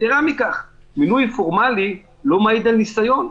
יתירה מכך, מינוי פורמלי לא מעיד על ניסיון.